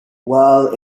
while